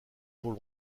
pour